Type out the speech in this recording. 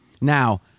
Now